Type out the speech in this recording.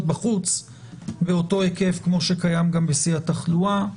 בחוץ באותו היקף כמו שקיים גם בשיא התחלואה,